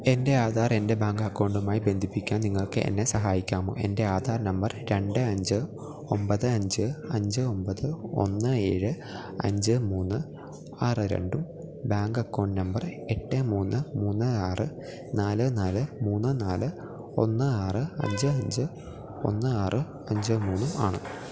എൻ്റെ ആധാർ എൻ്റെ ബാങ്ക് അക്കൗണ്ടുമായി ബന്ധിപ്പിക്കാൻ നിങ്ങൾക്ക് എന്നെ സഹായിക്കാമോ എൻ്റെ ആധാർ നമ്പർ രണ്ട് അഞ്ച് ഒമ്പത് അഞ്ച് അഞ്ച് ഒമ്പത് ഒന്ന് ഏഴ് അഞ്ച് മൂന്ന് ആറ് രണ്ടും ബാങ്ക് അക്കൗണ്ട് നമ്പർ എട്ട് മൂന്ന് മൂന്ന് ആറ് നാല് നാല് മൂന്ന് നാല് ഒന്ന് ആറ് അഞ്ച് അഞ്ച് ഒന്ന് ആറ് അഞ്ച് മൂന്നും ആണ്